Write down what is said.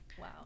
Wow